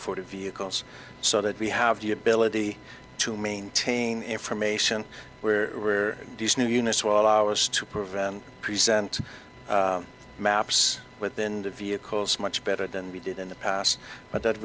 forty vehicles so that we have the ability to maintain information where these new units well ours to prevent present maps within the vehicles much better than we did in the past but that